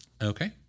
Okay